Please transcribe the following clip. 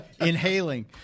Inhaling